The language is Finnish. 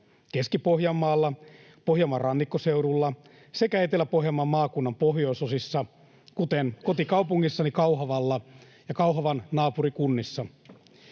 Keski-Pohjanmaalla, Pohjanmaan rannikkoseudulla sekä Etelä-Pohjanmaan maakunnan pohjoisosissa, kuten kotikaupungissani Kauhavalla ja Kauhavan naapurikunnissa.